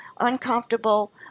uncomfortable